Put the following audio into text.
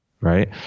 right